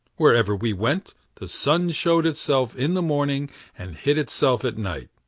wherever we went, the sun showed itself in the morning and hid itself at night,